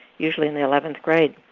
usually in the eleventh grade.